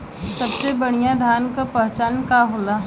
सबसे बढ़ियां धान का पहचान का होला?